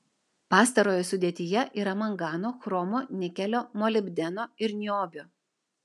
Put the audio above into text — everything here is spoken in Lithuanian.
pastarojo sudėtyje yra mangano chromo nikelio molibdeno ir niobio